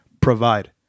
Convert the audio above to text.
provide